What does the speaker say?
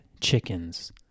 Chickens